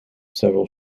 several